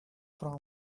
from